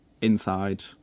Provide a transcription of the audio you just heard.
inside